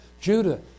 Judah